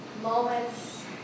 moments